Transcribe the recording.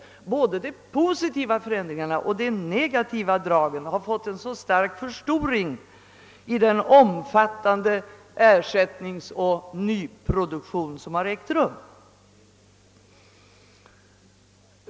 Både de positiva och de negativa dragen har fått en stark förstoring i den omfattande ersättningsoch nyproduktion som ägt rum.